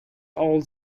old